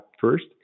first